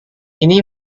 ini